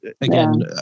again